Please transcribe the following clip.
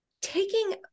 taking